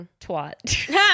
Twat